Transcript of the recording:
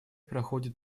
проходит